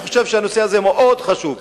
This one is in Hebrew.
אני חושב שהנושא הזה מאוד חשוב.